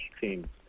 team